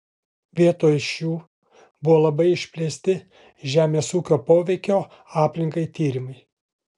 vietoj šių buvo labai išplėsti žemės ūkio poveikio aplinkai tyrimai